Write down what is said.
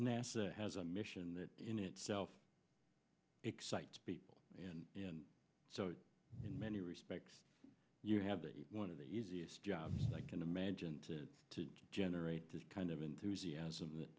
nasa has a mission that in itself excites people and in so in many respects you have one of the easiest jobs i can imagine to to generate just kind of enthusiasm